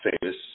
famous